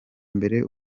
mbere